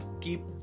keep